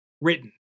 written